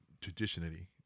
traditionally